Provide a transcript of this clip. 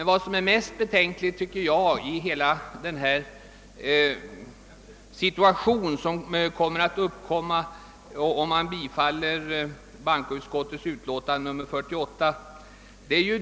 Vad som enligt min mening är det mest betänkliga i det hela är den situation som kommer att uppstå om man bifaller bankoutskottets utlåtande nr 48.